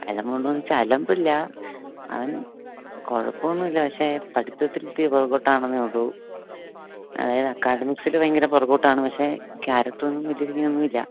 എൻ്റെ മോനെന്നു വെച്ചാൽ അലമ്പില്ല അവൻ കുഴപ്പം ഒന്നും ഇല്ല പക്ഷേ പഠിത്തതിൽ ഇത്തിരി പുറകോട്ടാണെന്നേയുള്ളൂ അവന് അക്കാഡമിക്സില് ഭയങ്കര പുറകോട്ടാണ് പക്ഷെ ക്യാരാക്ടർ ഒന്നും വലിയ രീതിക്കൊന്നുമില്ല